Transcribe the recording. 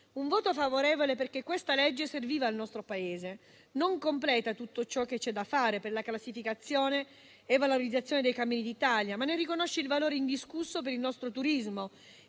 Il voto è favorevole perché questa legge serviva al nostro Paese. Non completa tutto ciò che c'è da fare per la classificazione e la valorizzazione dei cammini d'Italia, ma ne riconosce il valore indiscusso per il nostro turismo,